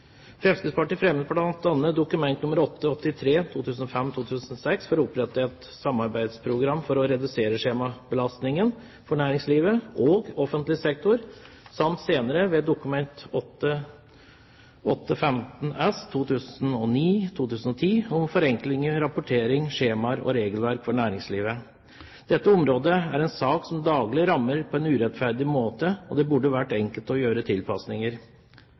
Fremskrittspartiet fremmet bl.a. Dokument nr. 8:83 for 2005–2006 for å opprette et samarbeidsprogram for å redusere skjemabelastningen for næringslivet og offentlig sektor samt senere Dokument 8:15 S for 2009–2010 om forenklinger i rapportering, skjemaer og regelverk for næringslivet. Dette området er en sak som daglig rammer på en urettferdig måte, og det burde vært enkelt å gjøre tilpasninger.